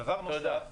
דבר נוסף,